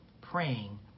praying